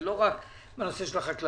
זה לא רק בנושא החקלאות.